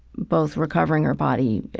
both recovering her body,